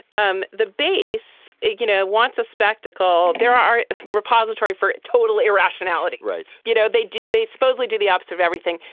um the base you know wants a spectacle. there are a repository for total irrationality. right. you know they do. they supposedly do the opposite of everything.